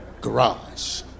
garage